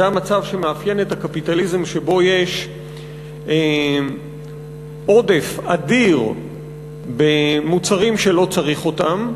זה המצב שמאפיין את הקפיטליזם שבו יש עודף אדיר במוצרים שלא צריך אותם,